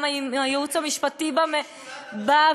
גם עם הייעוץ המשפטי בוועדה,